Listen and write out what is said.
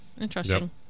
Interesting